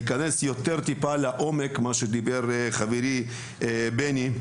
אכנס טיפה יותר לעומק ממה שדיבר חברי בני.